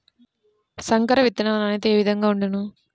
సంకర విత్తనాల నాణ్యత ఏ విధముగా ఉండును?